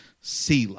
Selah